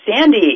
Sandy